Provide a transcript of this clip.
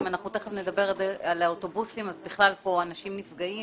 תכף נדבר על האוטובוסים ואז בכלל כאן אנשים נפגעים